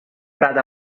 prat